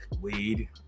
Weed